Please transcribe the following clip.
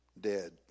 dead